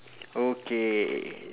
okay